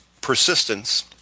persistence